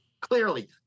Clearly